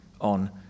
on